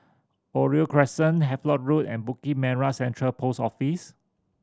Oriole Crescent Havelock Road and Bukit Merah Central Post Office